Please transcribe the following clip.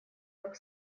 как